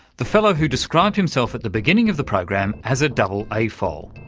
the fellow who described himself at the beginning of the program as a double afol,